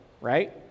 right